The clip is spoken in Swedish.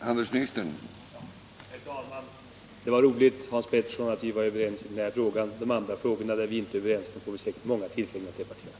Herr talman! Det var roligt, Hans Pettersson, att höra att vi är överens i den här frågan. I andra frågor, där vi inte är överens, får vi säkert många tillfällen att debattera.